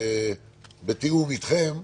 בתיאום אתכם,